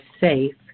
safe